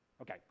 Okay